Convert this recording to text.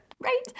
right